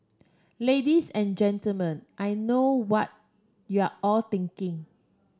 ladies and Gentlemen I know what you're all thinking